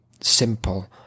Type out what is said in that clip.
simple